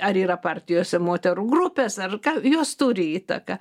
ar yra partijose moterų grupės ar ką jos turi įtaką